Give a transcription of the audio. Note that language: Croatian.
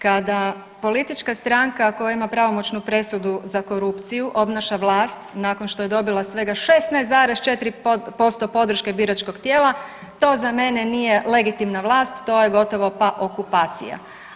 Kada politička stranka koja ima pravomoćnu presudu za korupciju obnaša vlast nakon što je dobila svega 16,4% podrške biračkog tijela, to za mene nije legitimna vlast, to je gotovo pa okupacija.